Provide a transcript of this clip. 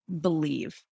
believe